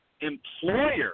employer